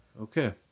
Okay